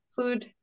food